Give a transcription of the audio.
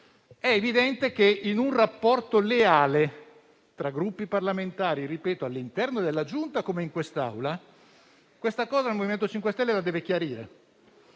È evidente che, in un rapporto leale tra Gruppi parlamentari, all'interno della Giunta come in quest'Aula, questo aspetto il MoVimento 5 Stelle lo deve chiarire